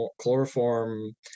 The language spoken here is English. chloroform